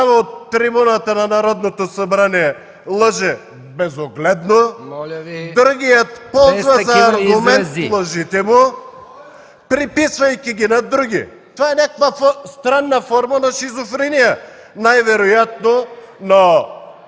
Моля Ви, без такива изрази.